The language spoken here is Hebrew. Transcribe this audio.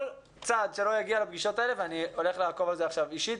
כל צד שלא יגיע לפגישות האלה ואני עומד לעקוב אחר זה אישית,